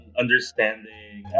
understanding